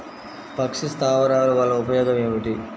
పక్షి స్థావరాలు వలన ఉపయోగం ఏమిటి?